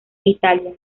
italia